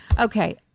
Okay